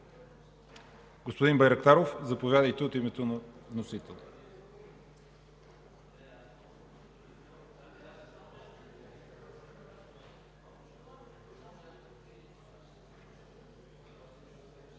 Байрактаров, заповядайте от името на вносителя.